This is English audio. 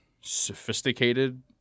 sophisticated